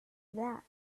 that